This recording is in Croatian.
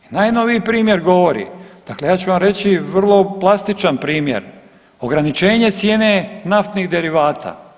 Najnoviji primjer govori, dakle ja ću vam reći vrlo plastičan primjer, ograničenje cijene naftnih derivata.